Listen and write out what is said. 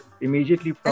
immediately